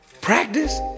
Practice